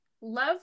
love